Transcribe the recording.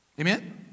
Amen